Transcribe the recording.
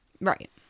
Right